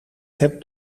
heb